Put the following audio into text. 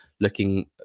looking